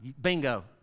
Bingo